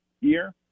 year